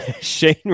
Shane